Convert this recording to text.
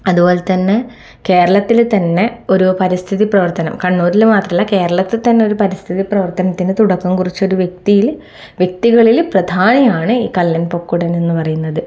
അതുപോലെ തന്നെ കേരളത്തിലെ തന്നെ ഒരു പരിസ്ഥിതി പ്രവർത്തനം കണ്ണൂരിൽ മാത്രമല്ല കേരളത്തിൽ തന്നെ പരിസ്ഥിതി പ്രവർത്തനത്തിനു തുടക്കം കുറിച്ച ഒരു വ്യക്തിയിൽ വ്യക്തികളിൽ പ്രധാനിയാണ് ഈ കല്ലൻ പൊക്കുടൻ എന്ന് പറയുന്നത്